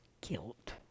guilt